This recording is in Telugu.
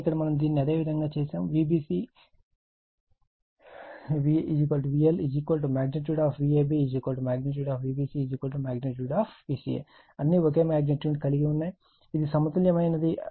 కానీ ఇక్కడ మనము దీనిని అదే విధంగా చేసాము Vbc VL Vab Vbc Vca అన్నీ ఒకే మాగ్నిట్యూడ్ ను కలిగి ఉన్నాయి ఇది సమతుల్యమైనది